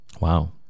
Wow